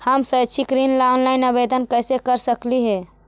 हम शैक्षिक ऋण ला ऑनलाइन आवेदन कैसे कर सकली हे?